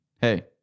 Hey